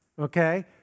okay